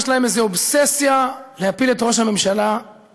יש להם איזו אובססיה להפיל את ראש הממשלה המכהן,